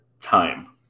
Time